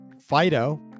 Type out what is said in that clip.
Fido